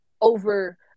over